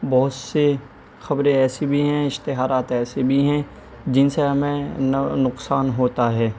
بہت سی خبریں ایسی بھی ہیں اشتہارات ایسے بھی ہیں جن سے ہمیں نقصان ہوتا ہے